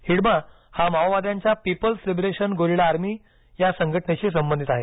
हिडमा हा माओवाद्यांच्या people's liberation guerrilla army या संघटनेशी संबधित आहे